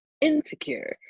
insecure